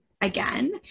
again